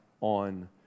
on